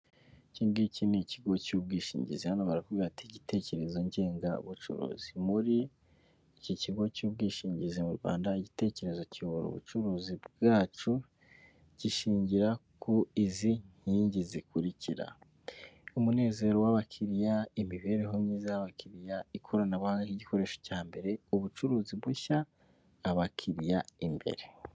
Iki ngiki ni ikigo cy'ubwishingizi, hano barakubwira bati ''igitekerezo ngengabucuruzi''muri iki kigo cy'ubwishingizi mu Rwanda igitekerezo kiyobora ubucuruzi bwacu, gishingira ku izi nkingi zikurikira: umunezero w'abakiriya, imibereho myiza y'abakiriya, ikoranabuhanga igikoresho cya mbere ubucuruzi bushya abakiriya imbere.